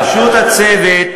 בראשות הצוות